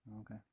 Okay